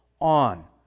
on